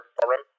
problem